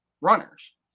runners